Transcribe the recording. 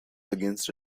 against